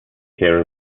care